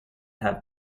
have